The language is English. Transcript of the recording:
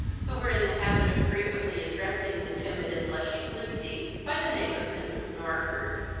who were in the habit of frequently addressing the timid and blushing lucy by the name of mrs. narford.